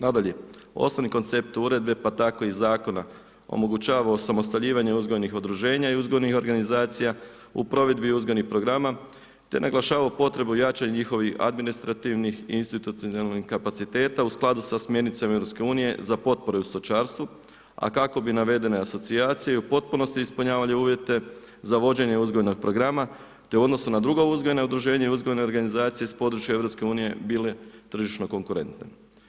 Nadalje, osnovni koncept uredbe, pa tako i zakona omogućava osamostaljivanje uzgojnih udruženja i uzgojnih organizacija, u provedbi uzgojnih programa, te naglašava potrebu i jačanje njihovih administrativnih i institucionalnih kapaciteta, u skladu sa smjernicama EU za potrebe u stočarstvu, a kako bi navedene asocijacije u potpunosti ispunjavali uvjete, za vođenje uzgojnih programa, te u odnosu na druga uzgojna udruženja i uzgojene organizacije iz područja EU bile tržišno konkurente.